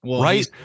Right